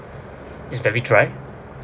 it's very dry